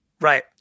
Right